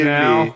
now